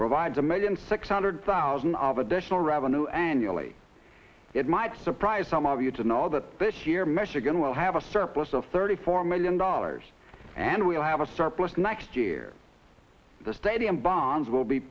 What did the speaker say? provides a million six hundred thousand of additional revenue annually it might surprise some of you to know that this year michigan will have a surplus of thirty four million dollars and we'll have a surplus next year the stadium bonds will be